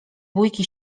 bójki